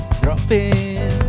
dropping